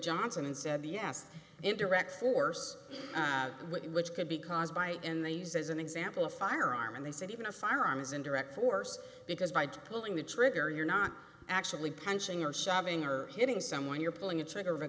johnson and said yes indirect force which could be caused by in the use as an example a firearm and they said even a firearm is indirect force because by just pulling the trigger you're not actually punching or shoving or hitting someone you're pulling a trigger